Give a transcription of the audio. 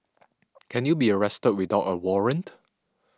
can you be arrested without a warrant